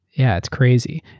yeah it's crazy.